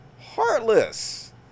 Heartless